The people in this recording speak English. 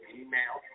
email